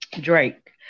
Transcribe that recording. Drake